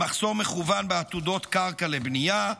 ממחסור מכוון בעתודות קרקע לבנייה,